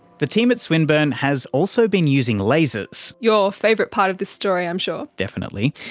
the team at swinburne has also been using lasers. your favourite part of this story, i'm sure! definitely.